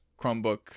Chromebook